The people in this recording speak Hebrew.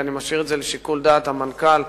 כי אני משאיר את זה לשיקול דעת המנכ"ל,